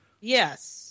Yes